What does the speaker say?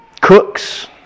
cooks